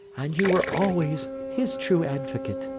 and you were always his true advocate.